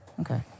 Okay